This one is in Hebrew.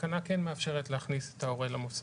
התקנה כן מאפשרת להכניס את ההורה למוסד.